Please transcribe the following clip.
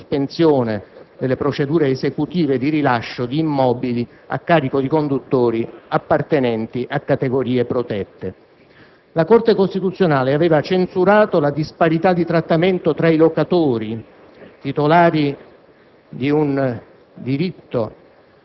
con il quale era stato prorogato il periodo di sospensione delle procedure esecutive di rilascio di immobili a carico di conduttori appartenenti a categorie protette. La Corte costituzionale aveva censurato la disparità di trattamento tra i locatori titolari